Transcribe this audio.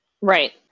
Right